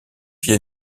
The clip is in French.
via